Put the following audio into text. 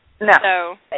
No